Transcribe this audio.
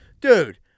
dude